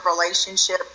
relationship